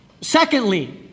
Secondly